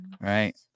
Right